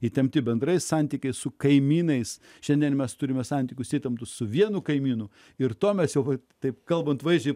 įtempti bendrai santykiai su kaimynais šiandien mes turime santykius įtemptus su vienu kaimynu ir tuomet jau taip kalbant vaizdžiai